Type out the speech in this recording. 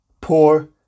poor